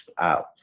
out